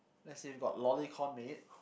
let's see got Lollicon Maid